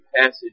passage